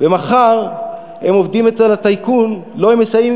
ומחר הם עובדים אצל הטייקון שהם מסייעים